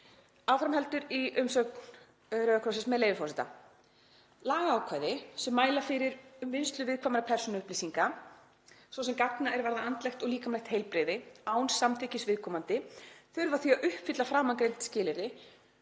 Áfram heldur í umsögn Rauða krossins, með leyfi forseta: „Lagaákvæði sem mæla fyrir vinnslu viðkvæmra persónuupplýsinga, svo sem gagna er varða andlegt og líkamlegt heilbrigði, án samþykkis viðkomandi þurfa því að uppfylla framangreind skilyrði